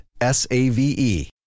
S-A-V-E